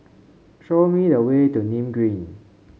show me the way to Nim Green